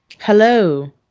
Hello